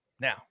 Now